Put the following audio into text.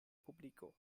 publiko